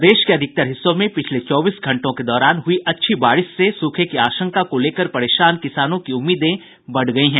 प्रदेश के अधिकतर हिस्सों में पिछले चौबीस घंटों के दौरान हुयी अच्छी बारिश से सूखे की आशंका को लेकर परेशान किसानों की उम्मीदें बढ़ गयी हैं